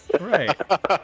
Right